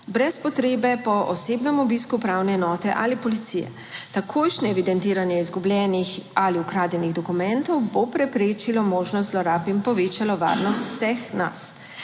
brez potrebe po osebnem obisku upravne enote ali policije. Takojšnje evidentiranje izgubljenih ali ukradenih dokumentov bo preprečilo možnost zlorab in povečalo varnost vseh nas.